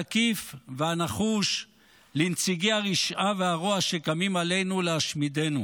התקיף והנחוש לנציגי הרשעה והרוע שקמים עלינו להשמידנו,